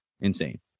Insane